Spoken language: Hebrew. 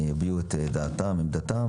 אנחנו נאפשר להם להביע את עמדתם ודעתם.